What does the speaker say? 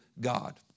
God